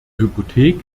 hypothek